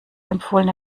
empfohlene